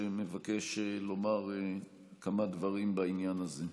שמבקש לומר כמה דברים בעניין הזה.